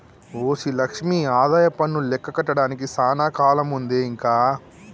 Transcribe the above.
OC Lakshmi ఆదాయపన్ను లెక్క కట్టడానికి సానా కాలముందే ఇంక